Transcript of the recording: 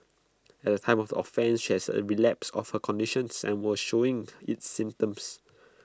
at the time of offence she has A relapse of her conditions and was showing its symptoms